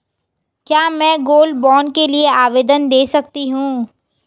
क्या मैं gold bond के लिए आवेदन दे सकती हूँ?